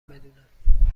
بدونم